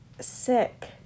sick